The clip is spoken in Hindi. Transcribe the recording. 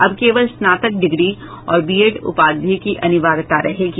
अब केवल स्नातक डिग्री और बीएड उपाधि की अनिवार्यता रहेगी